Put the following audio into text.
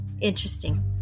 Interesting